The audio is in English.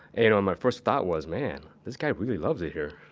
and you know, my first thought was man, this guy really loves it here